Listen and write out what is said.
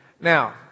Now